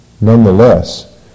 Nonetheless